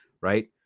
Right